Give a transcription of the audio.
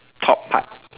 top part